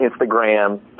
Instagram